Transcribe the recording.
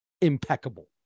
impeccable